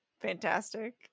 fantastic